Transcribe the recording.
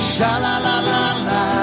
Sha-la-la-la-la